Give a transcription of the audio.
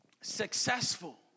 successful